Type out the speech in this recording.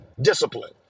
discipline